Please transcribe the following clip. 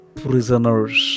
prisoners